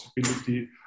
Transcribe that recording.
possibility